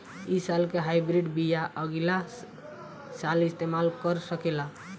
इ साल के हाइब्रिड बीया अगिला साल इस्तेमाल कर सकेला?